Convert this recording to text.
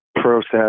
process